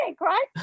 right